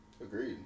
Agreed